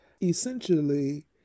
Essentially